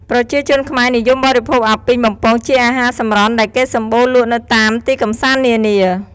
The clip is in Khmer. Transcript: ប្រជាជនខ្មែរនិយមបរិភោគអាពីងបំពងជាអាហារសម្រន់ដែលគេសម្បូរលក់នៅតាមទីកំសាន្តនានា ។